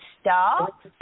stop